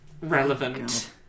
relevant